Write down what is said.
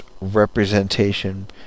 representation